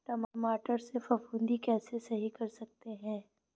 टमाटर से फफूंदी कैसे सही कर सकते हैं?